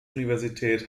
universität